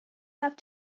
have